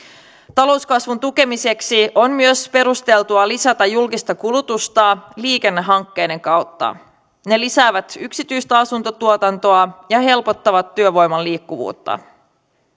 talouskasvun tukemiseksi on myös perusteltua lisätä julkista kulutusta liikennehankkeiden kautta ne lisäävät yksityistä asuntotuotantoa ja helpottavat työvoiman liikkuvuutta